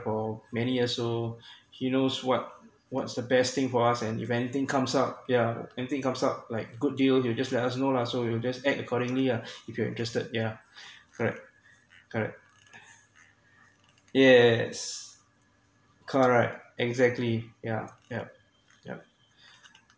for many years so he knows what what's the best thing for us and if anything comes up yeah and thing comes up like good deal you just let us know lah so you just act accordingly ah if you are interested yeah correct correct yes correct exactly yeah yeah yeah